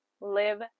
live